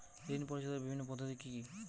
ঋণ পরিশোধের বিভিন্ন পদ্ধতি কি কি?